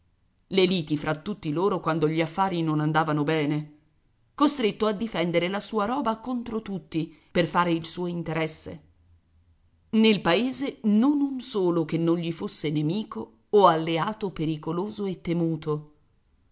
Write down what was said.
le liti fra tutti loro quando gli affari non andavano bene costretto a difendere la sua roba contro tutti per fare il suo interesse nel paese non un solo che non gli fosse nemico o alleato pericoloso e temuto